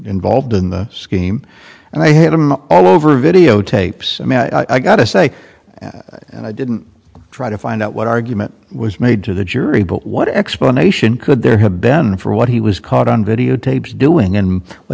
involved in the scheme and i had him all over videotapes i got to say and i didn't try to find out what argument was made to the jury but what explanation could there have ben for what he was caught on video tapes doing and w